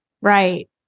Right